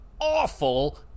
awful